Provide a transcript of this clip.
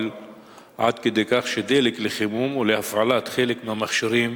עד כדי כך שדלק לחימום ולהפעלת חלק מהמכשירים